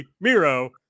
Miro